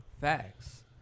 Facts